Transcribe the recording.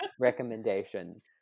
recommendations